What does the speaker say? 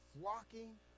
flocking